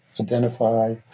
identify